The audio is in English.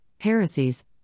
heresies